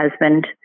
husband